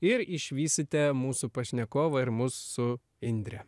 ir išvysite mūsų pašnekovą ir mus su indre